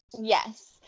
Yes